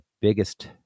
biggest